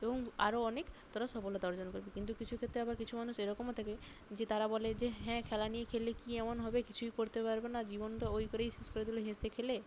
এবং আরও অনেক তোরা সফলতা অর্জন করবি কিন্তু কিছু ক্ষেত্রে আবার কিছু মানুষ এরকমও থাকে যে তারা বলে যে হ্যাঁ খেলা নিয়ে খেললে কি এমন হবে কিছুই করতে পারবো না জীবন তো ওই করেই শেষ করে দিলো হেসে খেলে